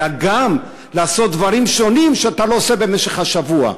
אלא גם לעשות דברים שונים שאתה לא עושה במשך השבוע,